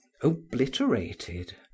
obliterated